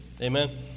Amen